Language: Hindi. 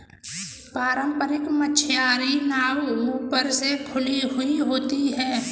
पारम्परिक मछियारी नाव ऊपर से खुली हुई होती हैं